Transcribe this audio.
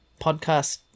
podcast